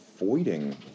avoiding